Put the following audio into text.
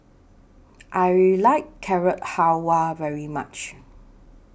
I like Carrot Halwa very much